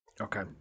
okay